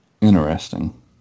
interesting